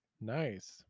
Nice